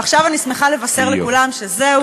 עכשיו אני שמחה לבשר לכולם שזהו,